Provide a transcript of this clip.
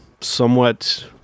somewhat